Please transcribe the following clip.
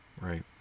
Right